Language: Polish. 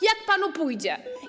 Jak panu pójdzie?